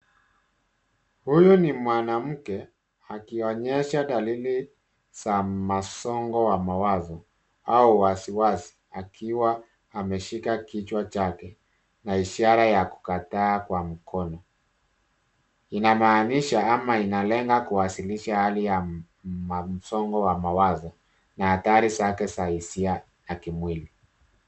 Huyu ni mwanamke akionyesha dalili za masongo wa mawazo au wasiwasi akiwa ameshika kichwa chake na ishara ya kukataa kwa mkono. Inamaanisha ama inalenga kuwasilisha hali ya masongo ya mawazo na hatari zake za hisia ya kimwili.